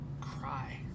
cry